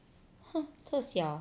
哈特小